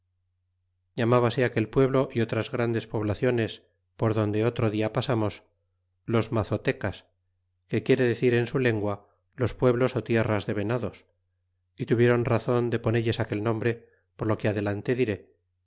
llamabase aquel pueblo y otras grandes poblaciones por donde otro dia pasamos los mazo tecas que quiere decir en su lengua los pueblos ó tierras de venados y tuvieron razon de poneiles aquel nombre por lo que adelante diré